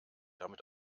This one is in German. damit